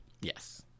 Yes